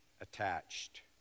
attached